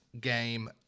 game